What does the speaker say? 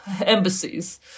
embassies